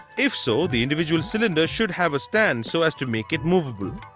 if so the individual cylinder should have stand so as to make it movable.